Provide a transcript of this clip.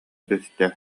түстэ